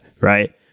right